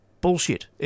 Bullshit